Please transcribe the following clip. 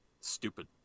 Stupid